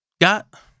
Got